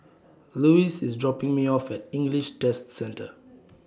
Louis IS dropping Me off At English Test Centre